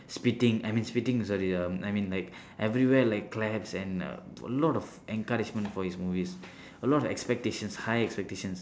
spitting I mean spitting sorry um I mean like everywhere like claps and uh a lot of encouragement for his movies a lot of expectations high expectations